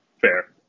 Fair